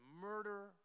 murder